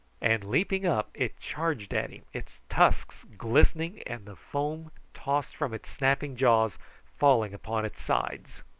and leaping up it charged at him, its tusks glistening, and the foam tossed from its snapping jaws falling upon its sides.